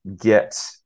get